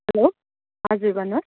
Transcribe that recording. hello हजुर भन्नुहोस्